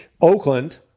Oakland